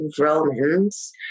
Romans